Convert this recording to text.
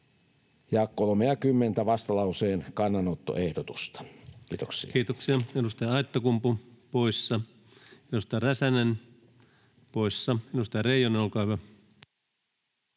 ja 30:tä vastalauseen kannanottoehdotusta. — Kiitoksia. Kiitoksia. — Edustaja Aittakumpu poissa, edustaja Räsänen poissa. — Edustaja Reijonen, olkaa hyvä.